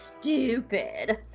Stupid